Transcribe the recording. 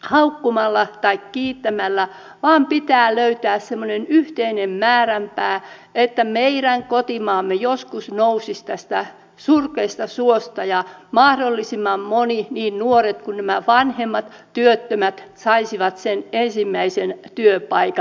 haukkumalla tai kiittämällä vaan pitää löytää semmoinen yhteinen määränpää että meidän kotimaamme joskus nousisi tästä surkeasta suosta ja mahdollisimman moni niin nuoret kuin nämä vanhemmat työttömät saisi sen ensimmäisen työpaikan